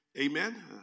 amen